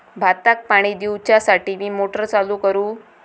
भाताक पाणी दिवच्यासाठी मी मोटर चालू करू?